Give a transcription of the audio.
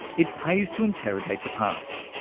it pays to interrogate the past.